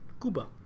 Cuba